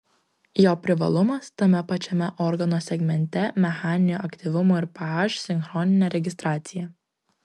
jo privalumas tame pačiame organo segmente mechaninio aktyvumo ir ph sinchroninė registracija